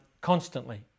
constantly